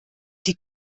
die